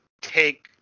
take